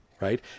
Right